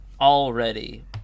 already